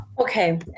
Okay